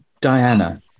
diana